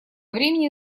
времени